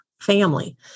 family